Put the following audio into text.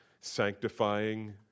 sanctifying